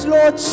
Lord